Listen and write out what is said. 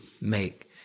make